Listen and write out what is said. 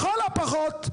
לכל הפחות,